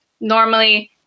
normally –